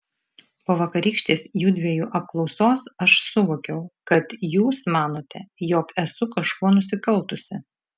po vakarykštės judviejų apklausos aš suvokiau kad jūs manote jog esu kažkuo nusikaltusi